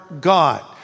God